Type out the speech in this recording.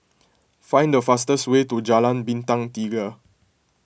find the fastest way to Jalan Bintang Tiga